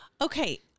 okay